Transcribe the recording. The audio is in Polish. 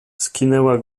skinęła